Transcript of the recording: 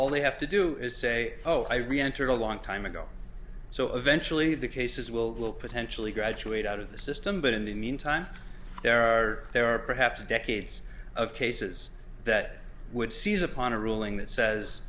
they have to do is say oh i reentered a long time ago so eventually the cases will potentially graduate out of the system but in the meantime there are there are perhaps decades of cases that would seize upon a ruling that says